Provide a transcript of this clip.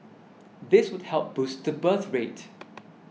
this would help boost the birth rate